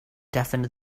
deafened